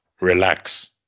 relax